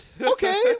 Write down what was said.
Okay